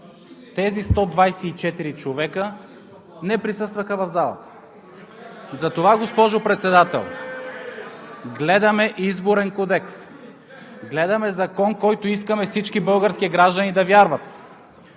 тези 124 човека не присъстваха в залата. (Шум и реплики от ГЕРБ.) Затова, госпожо Председател, гледаме Изборен кодекс, гледаме закон, в който искаме всички български граждани да вярват!